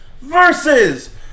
versus